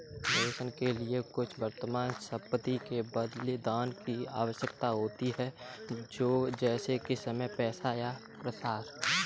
निवेश के लिए कुछ वर्तमान संपत्ति के बलिदान की आवश्यकता होती है जैसे कि समय पैसा या प्रयास